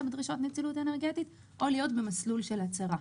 בדרישות נצילות אנרגטית או להיות במסלול של הצהרה.